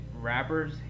rappers